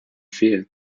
fehl